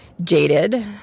jaded